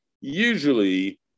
usually